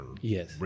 Yes